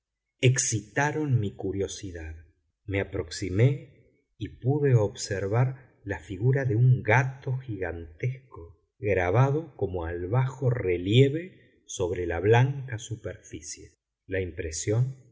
singular excitaron mi curiosidad me aproximé y pude observar la figura de un gato gigantesco grabado como al bajo relieve sobre la blanca superficie la impresión